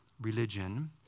religion